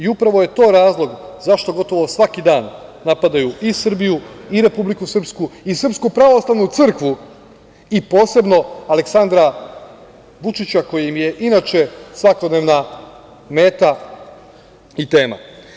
Upravo je to razlog zašto gotovo svaki dan napadaju i Srbiju i Republiku Srpsku i Srpsku pravoslavnu crkvu i posebno Aleksandra Vučića koji im je inače svakodnevna meta i tema.